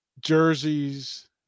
jerseys